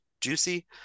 juicy